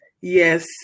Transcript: yes